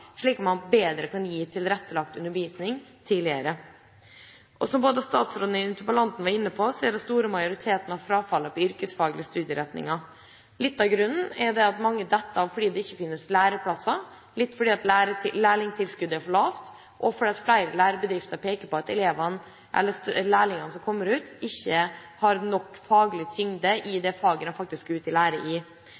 slik at man bedre kan gi tilrettelagt undervisning tidligere. Som både statsråden og interpellanten var inne på, skjer den store majoriteten av frafallet innen yrkesfaglige studieretninger. Litt av grunnen er at mange faller av fordi det ikke finnes læreplasser, litt er fordi lærlingtilskuddet er for lavt, og litt fordi flere lærebedrifter peker på at elevene – lærlingene – som kommer ut av skolen, ikke har nok faglig tyngde i